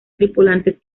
tripulantes